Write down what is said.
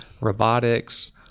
robotics